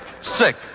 sick